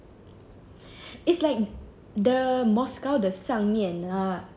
it's like the moscow 的上面 lah